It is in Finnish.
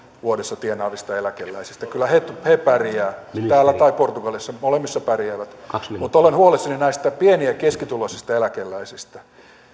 vuodessa tienaavista eläkeläisistä kyllä he he pärjäävät täällä tai portugalissa molemmissa pärjäävät mutta olen huolissani näistä pieni ja keskituloisista eläkeläisistä